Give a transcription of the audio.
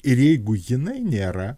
ir jeigu jinai nėra